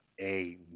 A-